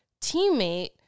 teammate